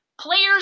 Players